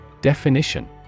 Definition